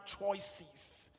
choices